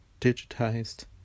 digitized